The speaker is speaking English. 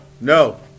No